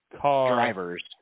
Drivers